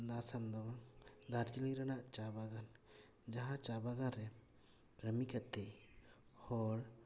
ᱟᱥᱟᱢ ᱫᱚ ᱵᱟᱝ ᱫᱟᱨᱡᱤᱞᱤᱝ ᱨᱮᱱᱟᱜ ᱪᱟ ᱵᱟᱜᱟᱱ ᱡᱟᱦᱟᱸ ᱪᱟ ᱵᱟᱜᱟᱱ ᱨᱮ ᱠᱟᱹᱢᱤ ᱠᱟᱛᱮ ᱦᱚᱲ